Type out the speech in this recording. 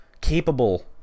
capable